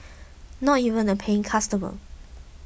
not even a paying customer